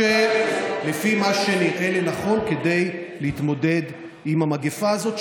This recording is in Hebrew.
לפי מה שנראה לנכון כדי להתמודד עם המגפה הזאת.